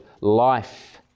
life